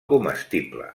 comestible